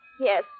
Yes